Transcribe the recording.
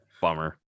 bummer